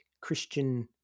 Christian